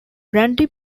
brandy